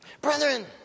brethren